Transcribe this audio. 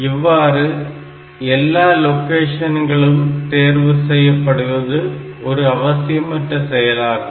இவ்வாறு எல்லா லொகேஷன்களும் தேர்வு செய்யப்படுவது ஒரு அவசியமற்ற செயல்பாடாகும்